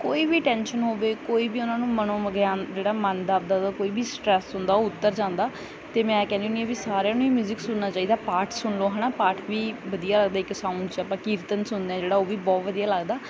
ਕੋਈ ਵੀ ਟੈਨਸ਼ਨ ਹੋਵੇ ਕੋਈ ਵੀ ਉਹਨਾਂ ਨੂੰ ਮਨੋਵਿਗਿਆਨ ਜਿਹੜਾ ਮਨ ਦਾ ਆਪਦਾ ਕੋਈ ਵੀ ਸਟਰੈਸ ਹੁੰਦਾ ਉਹ ਉਤਰ ਜਾਂਦਾ ਅਤੇ ਮੈਂ ਕਹਿੰਦੀ ਹੁੰਦੀ ਹਾਂ ਵੀ ਸਾਰਿਆਂ ਨੂੰ ਹੀ ਮਿਊਜਿਕ ਸੁਣਨਾ ਚਾਹੀਦਾ ਪਾਠ ਸੁਣ ਲਓ ਹੈ ਨਾ ਪਾਠ ਵੀ ਵਧੀਆ ਲੱਗਦਾ ਇੱਕ ਸਾਊਂਡ 'ਚ ਆਪਾਂ ਕੀਰਤਨ ਸੁਣਦੇ ਹਾਂ ਜਿਹੜਾ ਉਹ ਵੀ ਬਹੁਤ ਵਧੀਆ ਲੱਗਦਾ